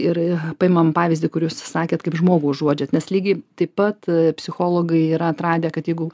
ir paimam pavyzdį kurį jūs užsisakėt kaip žmogų užuodžiat nes lygiai taip pat psichologai yra atradę kad jeigu